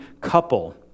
couple